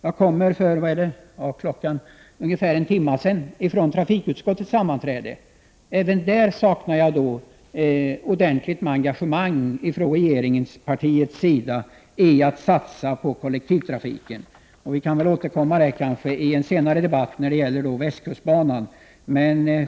Jag kom för en timme sedan från ett sammanträde i trafikutskottet. Där saknade jag också ordentligt engagemang från regeringspartiets sida för att satsa på kollektiv trafik. Det kanske vi kan återkomma till i en senare debatt när vi diskuterar västkustbanan.